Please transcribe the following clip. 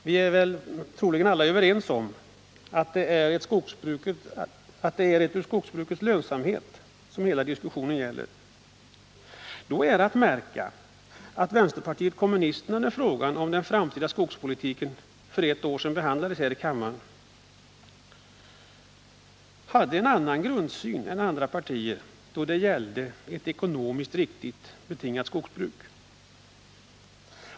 Vi är troligen alla överens om att det är skogsbrukets lönsamhet som diskussionen gäller. Det är då att märka att vänsterpartiet kommunisterna, när frågan om den framtida skogspolitiken för ett år sedan behandlades här i kammaren, hade en annan grundsyn än andra partier då det gällde ett ekonomiskt riktigt betingat skogsbruk.